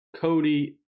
Cody